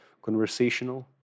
conversational